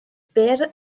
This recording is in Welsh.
byr